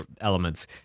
elements